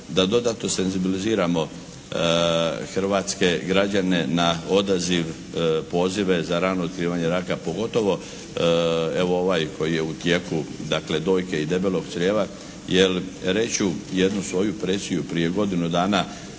da dodatno senzibiliziramo hrvatske građane na odaziv, pozive za rano otkrivanje raka pogotovo evo ovaj koji je u tijeku dakle dojke i debelog crijeva. Jer reći ću jednu svoju presiju prije godinu dana